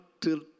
till